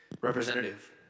representative